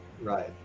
right